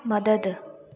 मदद